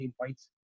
points